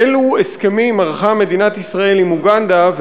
אילו הסכמים ערכה מדינת ישראל עם אוגנדה,